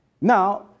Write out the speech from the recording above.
Now